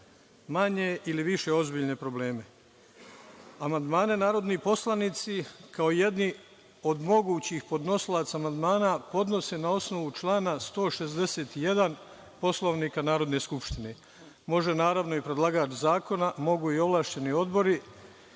manje ili više ozbiljne probleme. Amandmane narodni poslanici kao jedni od mogućih podnosilaca amandmana podnose na osnovu člana 161. Poslovnika Narodne skupštine. Može, naravno, i predlagač zakona, mogu i ovlašćeni odbori